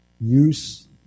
use